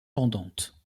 pendantes